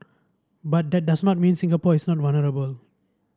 but that does not mean Singapore is not vulnerable